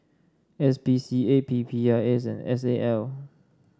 S P C A P P I S and S A L